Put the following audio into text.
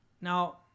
Now